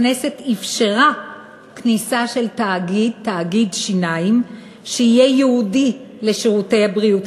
הכנסת אפשרה כניסה של תאגיד שיניים שיהיה ייעודי לשירותי בריאות